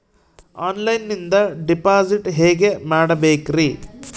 ಆನ್ಲೈನಿಂದ ಡಿಪಾಸಿಟ್ ಹೇಗೆ ಮಾಡಬೇಕ್ರಿ?